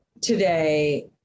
today